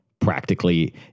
practically